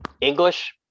English